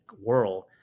world